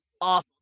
off